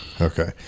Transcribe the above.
Okay